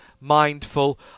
mindful